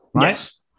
Yes